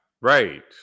right